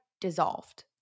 dissolved